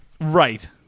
Right